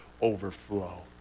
overflow